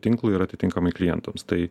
tinklui ir atitinkamai klientams tai